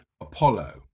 Apollo